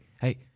hey